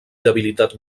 debilitat